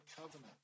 covenant